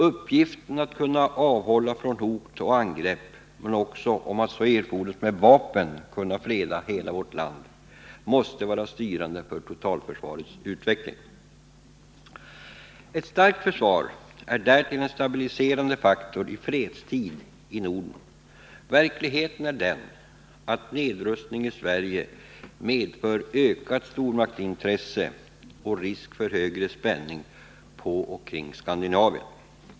Uppgiften att förmå andra länder att avhålla sig från hot och angrepp men också uppgiften att om så fordras med vapen freda hela vårt land måste vara styrande för totalförsvarets utveckling. Ett starkt försvar är därtill en stabiliserande faktor i fredstid i Norden. Verkligheten är den att nedrustning i Sverige medför en ökning av stormaktsintresset och risk för större spänning på och kring Skandinavien.